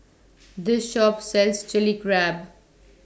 This Shop sells Chili Crab